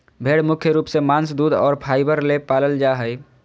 भेड़ मुख्य रूप से मांस दूध और फाइबर ले पालल जा हइ